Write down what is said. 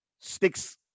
sticks